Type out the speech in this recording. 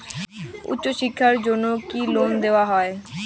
উচ্চশিক্ষার জন্য কি লোন দেওয়া হয়?